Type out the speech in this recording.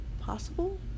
possible